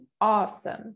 awesome